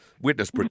Witness